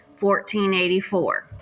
1484